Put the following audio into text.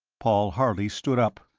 paul harley stood up.